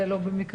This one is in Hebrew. זה לא במקריות.